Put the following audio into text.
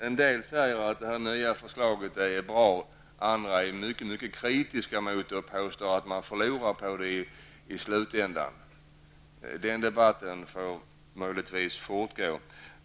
En del säger att det nya förslaget är bra, medan andra är mycket kritiska mot det och påstår att man i slutändan förlorar på förslaget. Den debatten får möjligtvis fortgå.